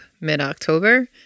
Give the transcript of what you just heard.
mid-October